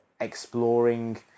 exploring